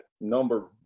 number